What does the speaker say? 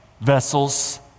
vessels